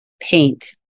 paint